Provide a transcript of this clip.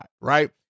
right